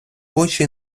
очі